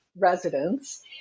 residents